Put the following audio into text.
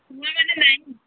ନାହିଁ